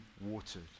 watered